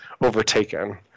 overtaken